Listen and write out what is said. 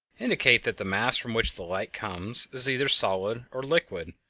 indicate that the mass from which the light comes is either solid or liquid,